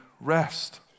rest